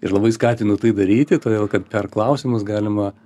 ir labai skatinu tai daryti todėl kad per klausimus galima